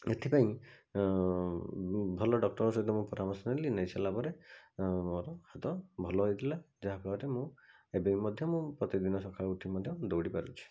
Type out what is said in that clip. ଏଥିପାଇଁ ଭଲ ଡକ୍ଟରଙ୍କ ସହିତ ମୁଁ ପରାମର୍ଶ ନେଲି ନେଇ ସାରିଲା ପରେ ମୋର ହାତ ଭଲ ହେଇଥିଲା ଯାହା ଫଳରେ ମୁଁ ଏବେବି ମଧ୍ୟ ମୁଁ ପ୍ରତ୍ୟେକ ଦିନ ସକାଳୁ ଉଠି ମଧ୍ୟ ଦୌଡ଼ି ପାରୁଛି